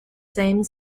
same